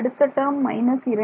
அடுத்த டேர்ம் 2